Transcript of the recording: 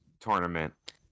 tournament